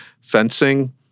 fencing